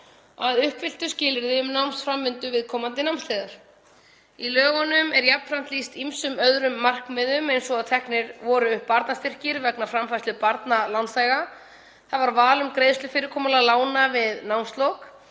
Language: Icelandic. að uppfylltu skilyrði um námsframvindu viðkomandi námsleiðar. Í lögunum er jafnframt lýst ýmsum öðrum markmiðum. Teknir voru upp barnastyrkir vegna framfærslu barna lánþega. Það var val um greiðslufyrirkomulag lána við námslok